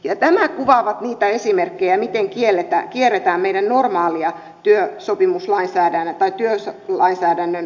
nämä kuvaavat niitä esimerkkejä miten kierretään meidän normaaleja työlainsäädännön velvoitteita